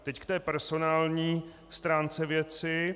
Teď k té personální stránce věci.